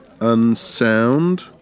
Unsound